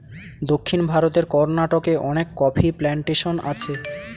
দক্ষিণ ভারতের কর্ণাটকে অনেক কফি প্ল্যান্টেশন আছে